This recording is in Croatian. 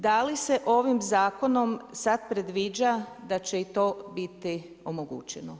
Da li se ovim zakonom sad predviđa da će i to biti omogućeno.